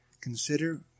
Consider